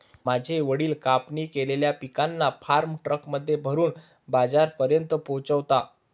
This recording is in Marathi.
माझे वडील कापणी केलेल्या पिकांना फार्म ट्रक मध्ये भरून बाजारापर्यंत पोहोचवता